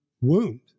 wound